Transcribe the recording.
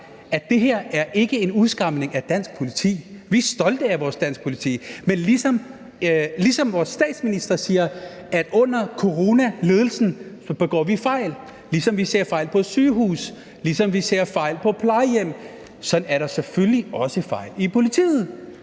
at det her ikke er en udskamning af dansk politi; vi er stolte af vores danske politi. Men ligesom vores statsminister siger, at i forhold til ledelsen under corona begår vi fejl, og ligesom vi ser fejl på sygehuse, og ligesom vi ser fejl på plejehjem, så er der selvfølgelig også fejl i politiet.